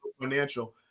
financial